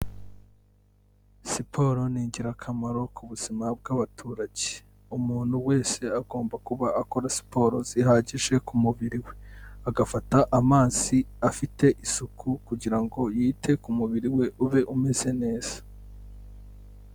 Siporo ni ingirakamaro ku buzima bw'abaturage umuntu wese agomba kuba akora siporo zihagije ku mubiri we agafata amazi afite isuku kugira ngo yite ku mubiri we ube umeze neza.